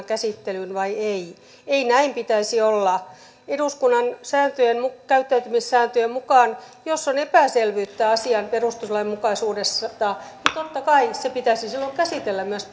käsittelyyn vai ei ei näin pitäisi olla eduskunnan käyttäytymissääntöjen mukaan jos on epäselvyyttä asian perustuslainmukaisuudesta niin totta kai se pitäisi silloin käsitellä myös